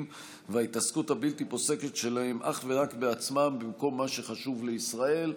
וההתעסקות הבלתי-פוסקת שלהם אך ורק בעצמם במקום מה שחשוב לישראל.